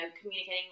communicating